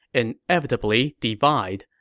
and inevitably divide,